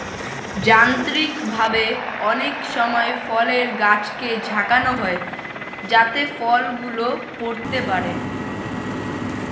যান্ত্রিকভাবে অনেক সময় ফলের গাছকে ঝাঁকানো হয় যাতে ফল গুলো পড়তে পারে